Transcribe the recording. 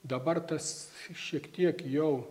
dabar tas šiek tiek jau